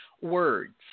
words